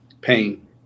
pain